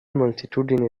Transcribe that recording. moltitudine